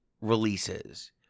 releases